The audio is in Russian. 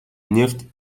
нефть